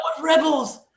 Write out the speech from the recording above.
Rebels